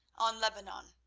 on lebanon.